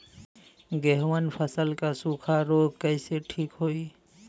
गेहूँक फसल क सूखा ऱोग कईसे ठीक होई?